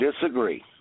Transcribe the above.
disagree